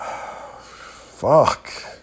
Fuck